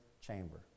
chamber